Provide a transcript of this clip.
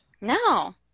No